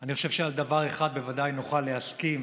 אני חושב שעל דבר אחד בוודאי נוכל להסכים: